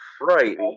Right